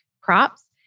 crops